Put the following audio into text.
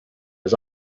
his